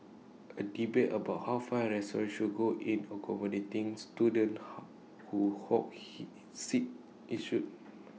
A debate about how far A restaurants should go in accommodating students who hog he seats ensued